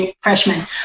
freshman